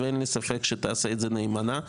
אין לי ספק שתעשה זאת נאמנה.